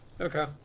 Okay